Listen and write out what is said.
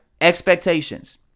Expectations